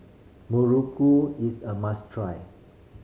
muruku is a must try